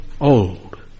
old